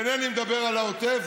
ואינני מדבר על העוטף,